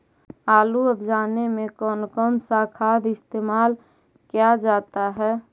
आलू अब जाने में कौन कौन सा खाद इस्तेमाल क्या जाता है?